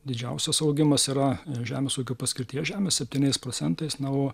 didžiausias augimas yra žemės ūkio paskirties žemė septyniais procentais na o